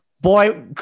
boy